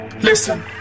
Listen